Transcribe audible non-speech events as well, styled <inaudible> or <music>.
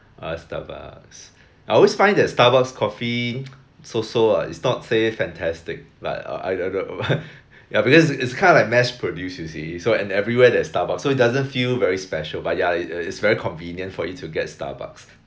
ah starbucks I always find that starbucks coffee <noise> so so lah is not say fantastic but uh but ya because it’s kinda like mass produced you see so and everywhere there is starbucks so it doesn’t feel very special but yeah uh it’s very convenient for you to get starbucks